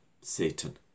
Satan